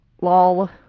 Lol